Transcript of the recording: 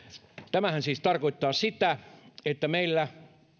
tämähän siis tarkoittaa sitä että meillä